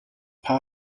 paar